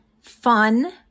fun